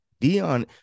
Dion